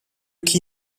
qui